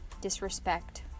disrespect